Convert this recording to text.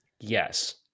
Yes